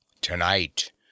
Tonight